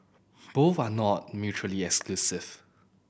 both are not mutually exclusive